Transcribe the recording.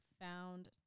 found